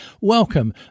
welcome